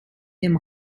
dem